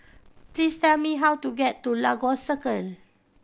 please tell me how to get to Lagos Circle